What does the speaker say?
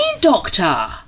doctor